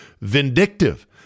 vindictive